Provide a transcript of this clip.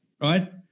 right